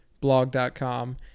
blog.com